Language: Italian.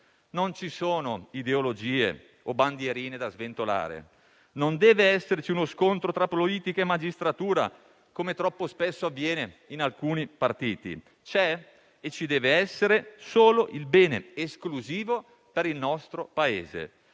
Non ci sono ideologie o bandierine da sventolare; non deve esserci uno scontro tra politica e magistratura, come troppo spesso avviene in alcuni partiti. C'è e ci deve essere solo il bene esclusivo per il nostro Paese.